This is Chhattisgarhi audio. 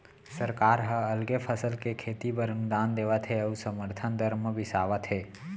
सरकार ह अलगे फसल के खेती बर अनुदान देवत हे अउ समरथन दर म बिसावत हे